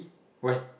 why